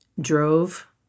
drove